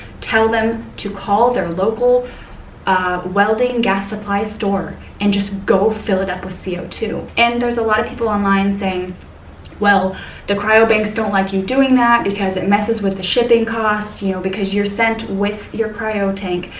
tell them to call their local welding gas supply store and just go fill it up with c o two and there's a lot of people online saying well the cryobanks don't like you doing that because it messes with the shipping cost, you know, because you're sent with your cryotank,